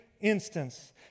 instance